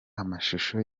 amashusho